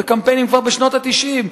בקמפיינים כבר בשנות ה-90,